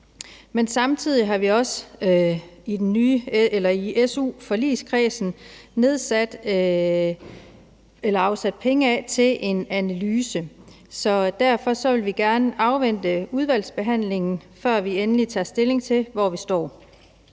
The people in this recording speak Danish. men samtidig har vi også i su-forligskredsen afsat penge til en analyse. Derfor vil vi gerne afvente udvalgsbehandlingen, før vi tager endelig stilling til, hvor vi står.